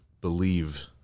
believe